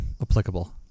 applicable